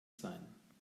sein